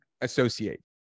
associate